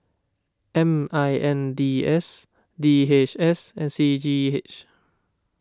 M I N D S D H S and C G H